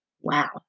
Wow